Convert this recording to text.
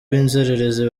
b’inzererezi